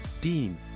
Dean